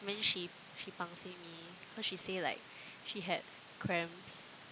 but then she she pangseh me cause she say like she had cramps